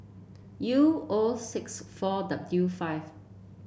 U O six four W five